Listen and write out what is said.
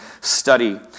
study